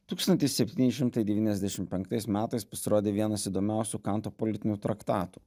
tūkstantis septyni šimtai devyniasdešim penktais metais pasirodė vienas įdomiausių kanto politinių traktatų